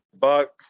buck